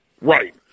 Right